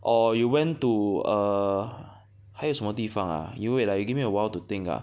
or you went to err 还有什么地方 ah you wait ah you give me a while to think ah